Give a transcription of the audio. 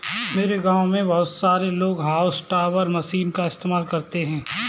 मेरे गांव में बहुत सारे लोग हाउस टॉपर मशीन का इस्तेमाल करते हैं